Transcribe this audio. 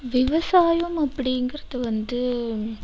விவசாயம் அப்படிங்கறது வந்து